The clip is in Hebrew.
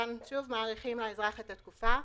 כאן שוב מאריכים לאזרח את התקופה.